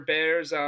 Bears